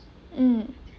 mm